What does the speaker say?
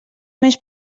més